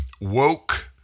woke